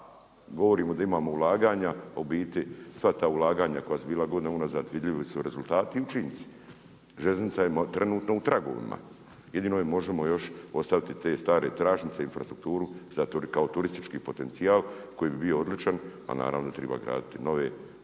govorimo da imamo ulaganja. U biti, sva ta ulaganja koja su bila godinama unazad vidljivi su rezultati i učinci. Željeznica je trenutno u tragovima. Jedino je možemo još ostaviti te stare tračnice, infrastrukturu zato jer kao turistički potencijal koji bi bio odličan, a naravno da triba graditi nove pravce,